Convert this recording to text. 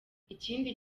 ikindi